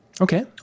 Okay